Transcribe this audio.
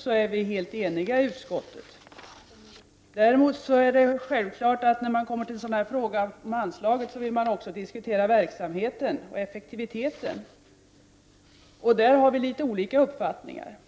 storlek är vi helt eniga i utskottet. När man behandlar frågan om anslaget vill man självfallet också diskutera verksamheten och effektiviteten. I den frågan har vi litet olika uppfattningar.